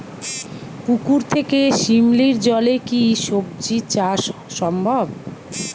পুকুর থেকে শিমলির জলে কি সবজি চাষ সম্ভব?